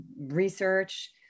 research